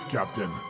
Captain